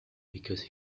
because